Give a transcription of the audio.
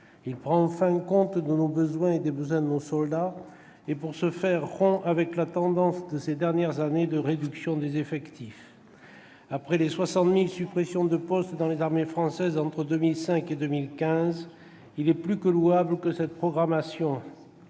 Il prend enfin en compte nos besoins et les besoins de nos soldats. Pour ce faire, il rompt avec la tendance de ces dernières années de réduction des effectifs. Après les 60 000 suppressions de postes dans les armées françaises entre 2005 et 2015, il est plus que louable que cette programmation